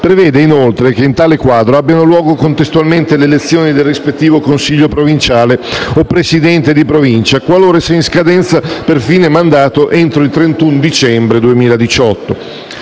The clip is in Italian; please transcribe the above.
prevede inoltre che, in tale quadro, abbiano luogo contestualmente le elezioni del rispettivo Consiglio provinciale o Presidente di Provincia, qualora sia in scadenza per fine mandato entro il 31 dicembre 2018.